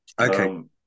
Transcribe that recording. Okay